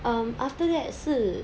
um after that 是